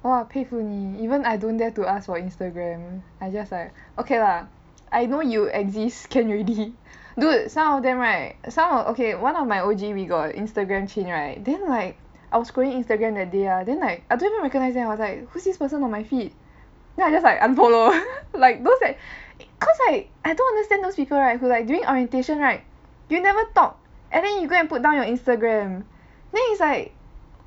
!wah! 佩服你 even I don't dare to ask for Instagram I just like okay lah I know you exist can already dude some of them right some of okay one of my O_G we got Instagram chain right then like I was scrolling Instagram that day ah then like I don't even recognise them I was like who's this person on my feed then I just like unfollow like those that cause I I don't understand those people right who like during orientation right you never talk and then you go and put down your Instagram then it's like